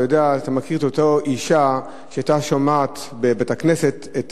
אתה מכיר: אותה אשה שהיתה שומעת בבית-הכנסת את